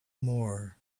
more